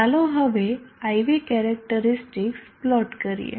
ચાલો હવે IV characteristics plot કરીએ